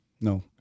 no